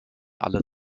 alle